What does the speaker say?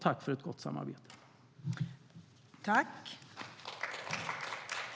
Tack för ett gott samarbete!